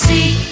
See